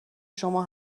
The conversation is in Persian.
شما